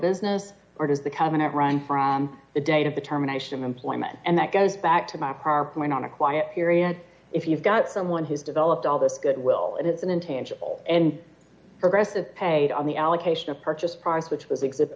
business or does the cabinet run from the date of determination employment and that goes back to my prior point on a quiet period if you've got someone who's developed all the good will it is an intangible and progressive paid on the allocation of purchase price which was ex